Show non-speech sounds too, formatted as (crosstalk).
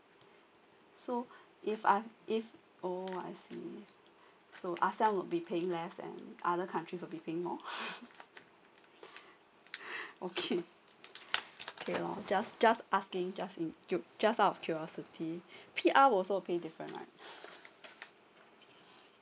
so if I if oh I see so asian would be paying less than other countries will be paying more (laughs) okay okay loh just just asking just if you just out of curiosity P_R also paying different right (laughs)